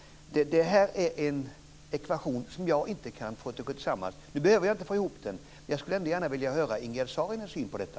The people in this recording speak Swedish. Det här är en ekvation som jag inte kan få att gå ihop. Jag behöver inte få ihop den, men jag skulle ändå gärna vilja höra Ingegerd Saarinens syn på detta.